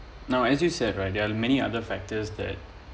now as you said right there are many other factors that